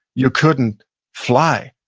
you couldn't fly.